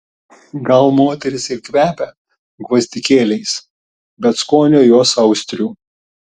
gal moterys ir kvepia gvazdikėliais bet skonio jos austrių